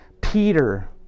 Peter